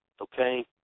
okay